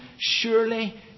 Surely